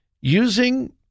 Using